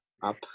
up